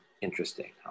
Interesting